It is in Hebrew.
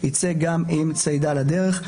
יצא גם עם צידה לדרך.